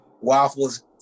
Waffles